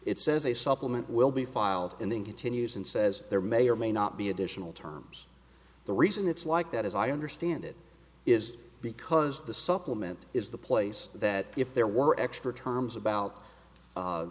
it says a supplement will be filed and then continues and says there may or may not be additional terms the reason it's like that as i understand it is because the supplement is the place that if there were extra terms a